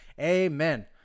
Amen